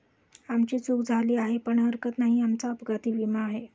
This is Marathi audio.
आमची चूक झाली आहे पण हरकत नाही, आमचा अपघाती विमा आहे